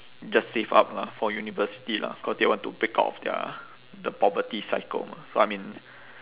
just save up mah for university lah cause they want to break out of their the poverty cycle so I mean